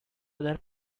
other